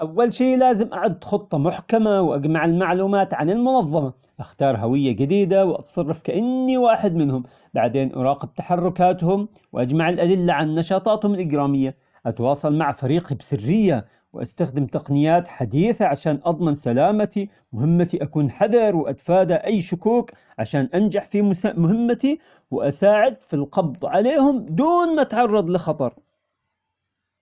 أول شي لازم أعد خطة محكمة وأجمع المعلومات عن المنظمة، أختار هوية جديدة وأتصرف كأني واحد منهم، بعدين أراقب تحركاتهم وأجمع الأدلة عن نشاطاتهم الإجرامية، أتواصل مع فريقي بسرية وأستخدم تقنيات حديثة عشان أضمن سلامتي، مهمتي أكون حذر وأتفادى أي شكوك عشان أنجح في مس- مهمتي وأساعد في القبض عليهم دون ما أتعرض لخطر.